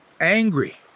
angry